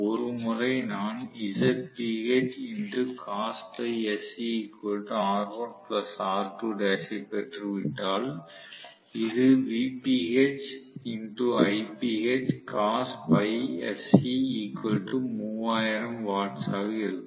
ஒருமுறை நான் ஐப் பெற்று விட்டால் இது ஆக இருக்கும்